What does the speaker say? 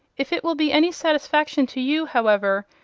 if it will be any satisfaction to you, however,